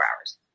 hours